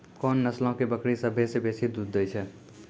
कोन नस्लो के बकरी सभ्भे से बेसी दूध दै छै?